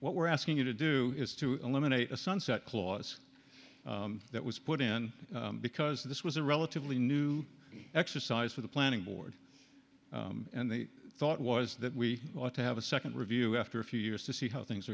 what we're asking you to do is to eliminate a sunset clause that was put in because this was a relatively new exercise for the planning board and they thought was that we ought to have a second review after a few years to see how things